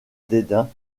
dédain